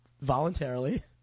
Voluntarily